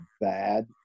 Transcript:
bad